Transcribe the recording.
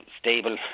stable